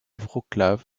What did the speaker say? wrocław